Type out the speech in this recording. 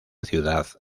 ciudad